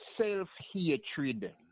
self-hatred